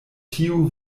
tiu